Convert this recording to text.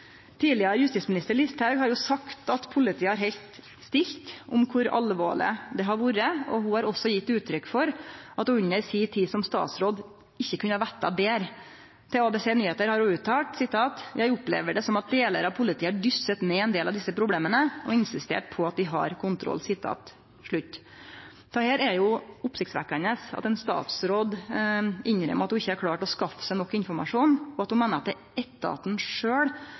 Tidlegare justisminister Listhaug har jo sagt at politiet har halde stilt om kor alvorleg det har vore, og ho har også gjeve uttrykk for at ho under si tid som statsråd ikkje kunne vite betre. Til ABC Nyheter har ho uttalt: «Jeg opplever det som at deler av politiet har dysset ned en del av disse problemene og insistert på at de har kontroll.» Det er jo oppsiktsvekkjande at ein statsråd innrømmer at ho ikkje har klart å skaffe seg nok informasjon, og at ho meiner det er